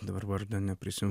dabar vardo neprisimenu